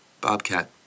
bobcat